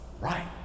right